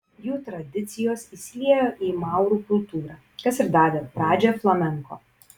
jų tradicijos įsiliejo į maurų kultūrą kas ir davė pradžią flamenko